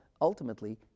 ultimately